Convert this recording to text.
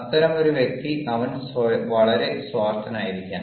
അത്തരമൊരു വ്യക്തി അവൻ വളരെ സ്വാർത്ഥനായിരിക്കാം